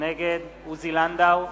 נגד עוזי לנדאו,